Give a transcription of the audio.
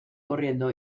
corriendo